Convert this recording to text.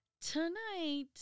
tonight